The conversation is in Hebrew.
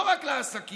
לא רק לעסקים,